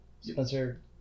Spencer